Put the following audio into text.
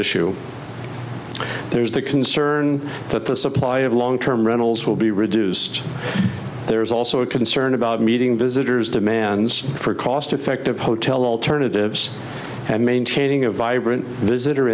issue there's the concern that the supply of long term rentals will be reduced there's also a concern about meeting visitors demands for cost effective hotel alternatives and maintaining a vibrant visitor